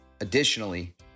Additionally